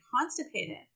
constipated